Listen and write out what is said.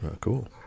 Cool